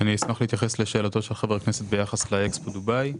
אני אשמח להתייחס לשאלתו של חבר הכנסת ביחס לאקספו דובאי.